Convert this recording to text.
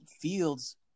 fields